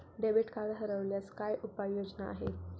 Debit card हरवल्यास काय उपाय योजना आहेत?